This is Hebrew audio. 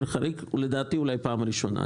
חריג ולדעתי זה קורה אולי בפעם הראשונה.